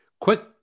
Quick